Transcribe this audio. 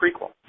prequel